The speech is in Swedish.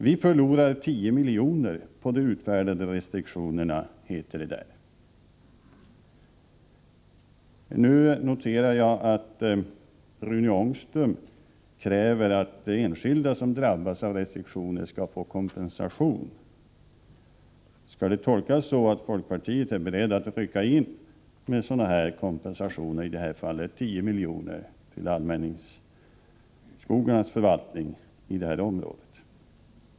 Vi förlorar 10 milj.kr. på de utfärdade restriktionerna, heter det där. Nu noterar jag att Rune Ångström kräver att de enskilda som drabbas av restriktioner skall få kompensation. Skall det tolkas så, att folkpartiet är berett att rycka in med en kompensation på i detta fall 10 milj.kr. till allmänningsskogarnas förvaltning i området?